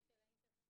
לנושא של האינטרנט.